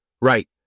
Right